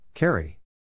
Carry